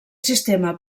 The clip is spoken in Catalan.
sistema